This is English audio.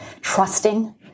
trusting